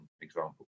example